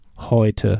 heute